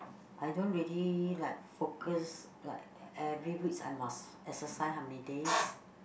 I don't really like focus like every week I must exercise how many days